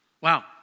Wow